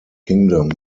kingdom